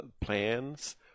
plans